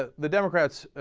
ah the democrats ah.